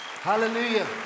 Hallelujah